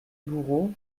bourreau